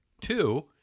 Two